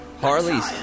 Harley's